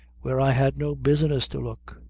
where i had no business to look.